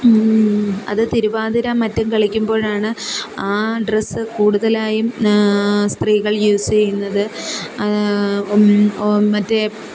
അത് തിരുവാതിര മറ്റും കളിക്കുമ്പോഴാണ് ആ ഡ്രസ്സ് കൂടുതലായും സ്ത്രീകൾ യൂസ് ചെയ്യുന്നത് ഓം മറ്റേ